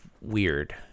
weird